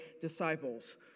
disciples